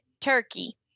Turkey